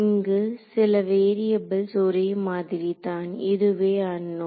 இங்கு சில வேரியபுள்ஸ் ஒரே மாதிரிதான் இதுவே அன்னோன்